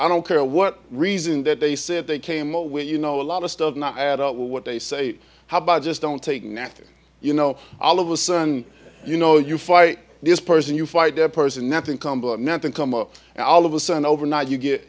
i don't care what reason that they said they came up with you know a lot of stuff not add up what they say how about just don't take nothing you know all of a sudden you know you fight this person you fight that person net income but nothing come up and all of a sudden overnight you get